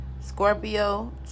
Scorpio